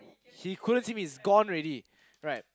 he couldn't see me is gone already right